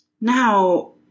Now